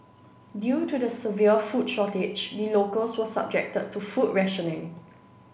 due to the severe food shortage the locals were subjected to food rationing